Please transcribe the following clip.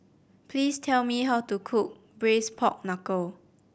please tell me how to cook Braised Pork Knuckle